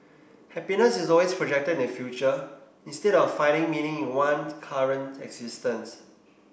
happiness is always projected in the future instead of finding meaning in one's current existence